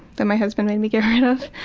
that my husband made me get rid of.